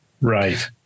right